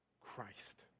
Christ